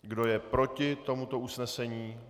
Kdo je proti tomuto usnesení?